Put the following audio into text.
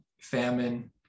famine